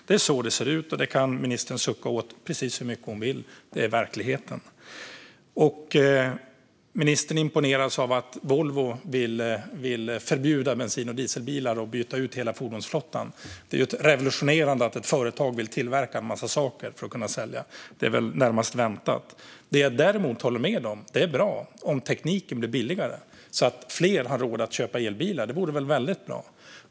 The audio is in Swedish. Det är så det ser ut, och det kan ministern sucka åt precis så mycket som hon vill. Det är verkligheten. Ministern imponeras av att Volvo vill förbjuda bensin och dieselbilar och byta ut hela fordonsflottan. Det är knappast revolutionerande att ett företag vill tillverka en massa saker för att kunna sälja dem, utan det är väl närmast väntat. Däremot håller jag med om att det är bra om tekniken blir billigare så att fler har råd att köpa elbilar. Det vore väl väldigt bra.